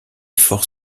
forces